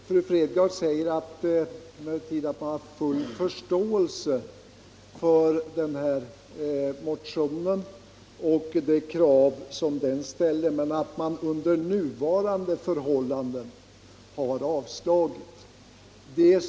Fru Fredgardh anför emellertid att utskottet har full förståelse för denna motion och det krav som den ställer men att man under nuvarande förhållanden avstyrker den.